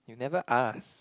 you never ask